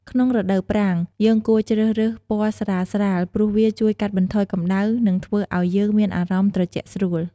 ក្នុងរដូវប្រាំង យើងគួរជ្រើសរើសពណ៌ស្រាលៗ ព្រោះវាជួយកាត់បន្ថយកម្ដៅ និងធ្វើឱ្យយើងមានអារម្មណ៍ត្រជាក់ស្រួល។